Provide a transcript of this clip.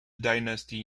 dynasty